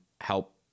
help